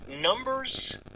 numbers